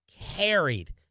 carried